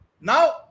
Now